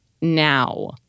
now